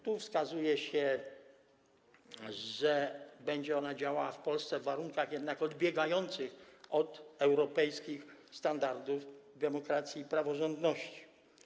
Tu wskazuje się, że będzie ona działała w Polsce w warunkach odbiegających jednak od europejskich standardów demokracji i praworządności.